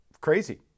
crazy